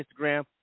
Instagram